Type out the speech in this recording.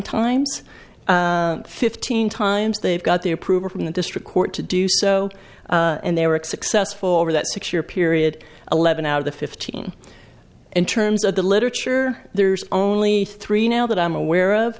times fifteen times they've got the approval from the district court to do so and they were excessive for that six year period eleven out of the fifteen in terms of the literature there's only three now that i'm aware of